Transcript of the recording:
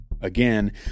Again